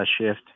shift